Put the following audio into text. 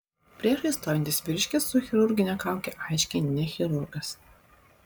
priešais stovintis vyriškis su chirurgine kauke aiškiai ne chirurgas